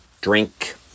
Drink